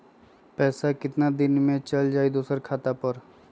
पैसा कितना दिन में चल जाई दुसर खाता पर?